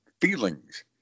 feelings